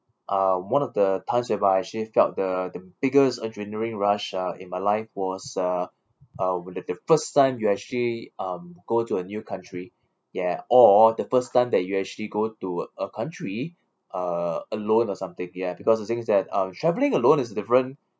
uh one of the times whereby actually felt the biggest adrenaline rush uh in my life was uh uh when the the first time you actually um go to a new country ya or the first time that you actually go to a country uh alone or something ya because the things is that uh travelling alone is different